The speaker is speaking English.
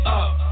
up